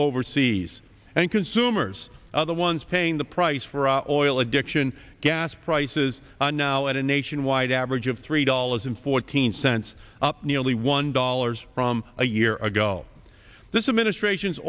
overseas and consumers are the ones paying the price for our oil addiction gas prices are now at a nationwide average of three dollars and fourteen cents up nearly one dollars from a year ago this administration's